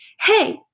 Hey